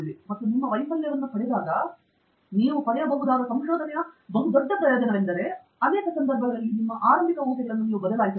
ಮತ್ತು ನಿಮ್ಮ ವೈಫಲ್ಯವನ್ನು ಪಡೆಯಲು ನೀವು ಬಳಸಬಹುದಾದ ಸಂಶೋಧನೆಯ ಒಂದು ದೊಡ್ಡ ಪ್ರಯೋಜನವೆಂದರೆ ಅನೇಕ ಸಂದರ್ಭಗಳಲ್ಲಿ ನಿಮ್ಮ ಆರಂಭಿಕ ಊಹೆಗಳನ್ನು ನೀವು ಬದಲಾಯಿಸಬೇಕು